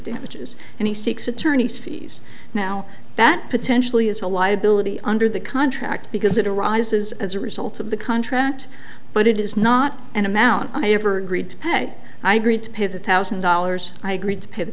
damages and he seeks attorney's fees now that potentially is a liability under the contract because it arises as a result of the contract but it is not an amount i ever greed to pay i agreed to pay the thousand dollars i agreed to pay the